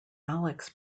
alex